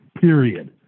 Period